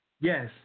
Yes